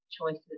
choices